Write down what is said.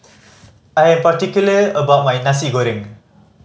I'm particular about my Nasi Goreng